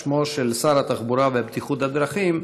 בשמו של שר התחבורה והבטיחות בדרכים,